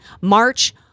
March